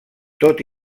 tot